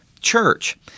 church